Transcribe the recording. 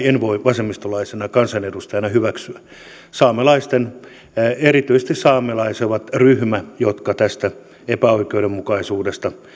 en voi vasemmistolaisena kansanedustajana hyväksyä erityisesti saamelaiset ovat ryhmä joka tästä epäoikeudenmukaisuudesta